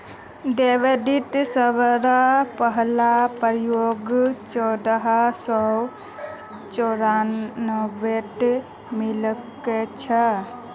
debit शब्देर पहला प्रयोग चोदह सौ चौरानवेत मिलछेक